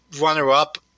runner-up